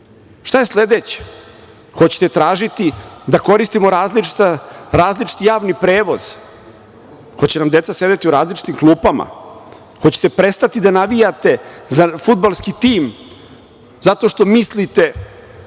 Šta je sledeće? Hoćete tražiti da koristimo različiti javni prevoz? Hoće nam deca sedeti u različitim klupama? Hoćete prestati da navijate za fudbalski tim zato što mislite